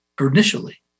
Initially